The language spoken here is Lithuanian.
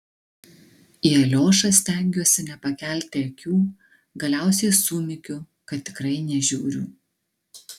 į aliošą stengiuosi nepakelti akių galiausiai sumykiu kad tikrai nežiūriu